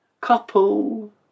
Couple